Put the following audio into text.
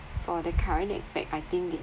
for the current aspect I think they